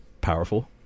powerful